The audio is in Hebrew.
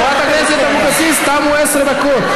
חברת הכנסת אבקסיס, תמו עשר דקות.